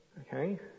Okay